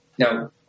Now